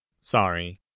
Sorry